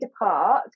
depart